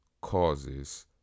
causes